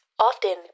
often